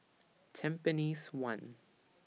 Tampines one